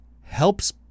helps